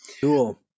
Cool